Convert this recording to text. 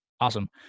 Awesome